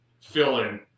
fill-in